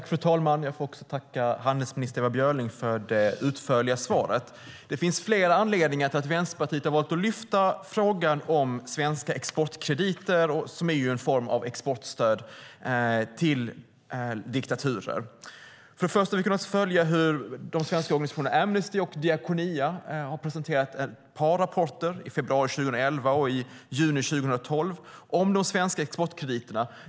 Fru talman! Jag tackar handelsminister Ewa Björling för det utförliga svaret. Det finns flera anledningar till att Vänsterpartiet har valt att lyfta upp frågan om svenska exportkrediter, vilket är en form av exportstöd, till diktaturer. Bland annat har vi kunna följa hur de svenska organisationerna Amnesty och Diakonia har presenterat ett par rapporter, i februari 2011 och i juni 2012, om de svenska exportkrediterna.